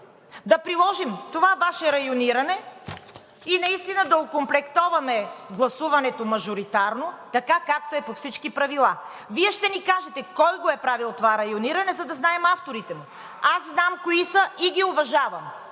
да приложим това Ваше райониране и наистина да окомплектоваме гласуването мажоритарно, така както е по всички правила. Вие ще ни кажете кой го е правил това райониране, за да знаем авторите му. Аз знам кои са и ги уважавам.